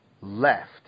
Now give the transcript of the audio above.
left